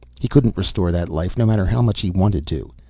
he couldn't restore that life, no matter how much he wanted to.